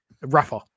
Rafa